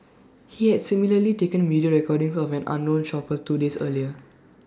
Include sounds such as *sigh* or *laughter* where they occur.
he had similarly taken video recordings of an unknown shopper two days *noise* earlier